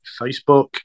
facebook